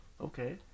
Okay